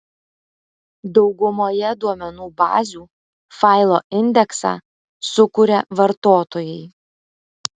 daugumoje duomenų bazių failo indeksą sukuria vartotojai